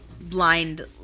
blind